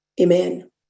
amen